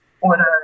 order